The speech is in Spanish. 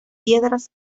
piedras